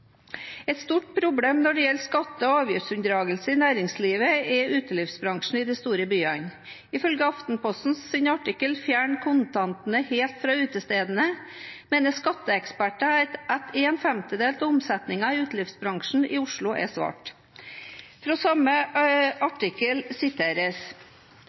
Et stort problem når det gjelder skatte- og avgiftsunndragelse i næringslivet, er utelivsbransjen i de store byene. Ifølge Aftenpostens artikkel «Fjern kontantene helt fra utestedene» mener skatteeksperter at en femtedel av omsetningen i utelivsbransjen i Oslo er svart. Fra samme artikkel siteres: